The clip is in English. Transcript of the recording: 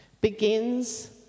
begins